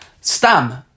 Stam